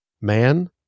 man